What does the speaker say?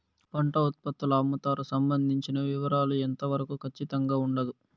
పంట ఉత్పత్తుల అమ్ముతారు సంబంధించిన వివరాలు ఎంత వరకు ఖచ్చితంగా ఉండదు?